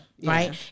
Right